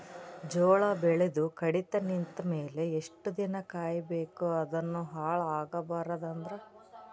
ಜೋಳ ಬೆಳೆದು ಕಡಿತ ನಿಂತ ಮೇಲೆ ಎಷ್ಟು ದಿನ ಕಾಯಿ ಬೇಕು ಅದನ್ನು ಹಾಳು ಆಗಬಾರದು ಅಂದ್ರ?